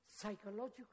psychological